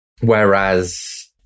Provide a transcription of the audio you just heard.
Whereas